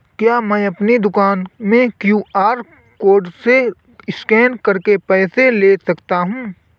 क्या मैं अपनी दुकान में क्यू.आर कोड से स्कैन करके पैसे ले सकता हूँ?